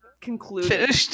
concluded